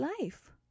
life